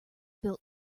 built